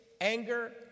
anger